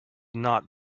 not